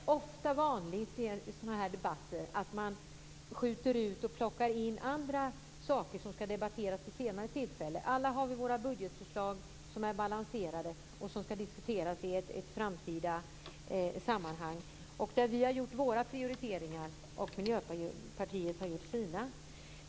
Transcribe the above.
Fru talman! Det är ofta vanligt i sådana här debatter att man plockar in andra saker, som skall debatteras vid senare tillfälle. Alla har vi våra budgetförslag som är balanserade och som skall diskuteras i ett framtida sammanhang. Vi har gjort våra prioriteringar och Miljöpartiet har gjort sina.